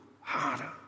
harder